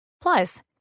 Plus